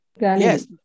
Yes